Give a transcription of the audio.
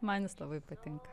man jis labai patinka